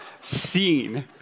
seen